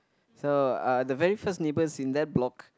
so uh the very first neighbours in that block